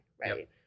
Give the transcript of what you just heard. Right